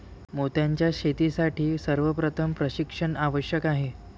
मोत्यांच्या शेतीसाठी सर्वप्रथम प्रशिक्षण आवश्यक आहे